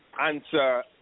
answer